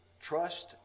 Trust